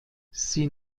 sie